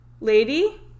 lady